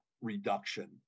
reduction